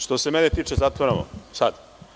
Što se mene tiče, zatvaramo sad.